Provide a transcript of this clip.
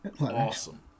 awesome